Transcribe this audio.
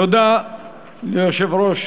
תודה ליושב-ראש